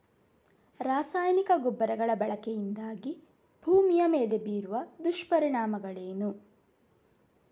ರಾಸಾಯನಿಕ ಗೊಬ್ಬರಗಳ ಬಳಕೆಯಿಂದಾಗಿ ಭೂಮಿಯ ಮೇಲೆ ಬೀರುವ ದುಷ್ಪರಿಣಾಮಗಳೇನು?